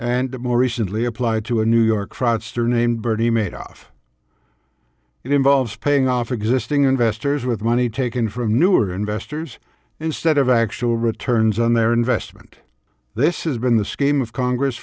and more recently applied to a new york fraudster named bertie made off it involves paying off existing investors with money taken from newer investors instead of actual returns on their investment this has been the scheme of congress